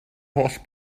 holl